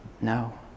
no